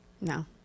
No